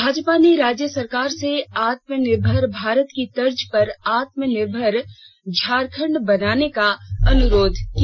भाजपा ने राज्य सरकार से आत्मनिर्भर भारत की तर्ज पर आत्मनिर्भर झारखंड बनाने का अनुरोध किया